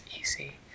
easy